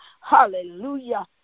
hallelujah